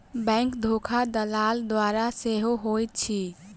bank धोखा दलाल द्वारा सेहो होइत अछि